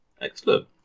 Excellent